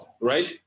Right